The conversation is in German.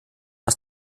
aus